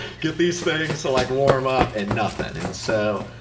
get these things to like warm up and nothing. and so